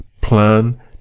plan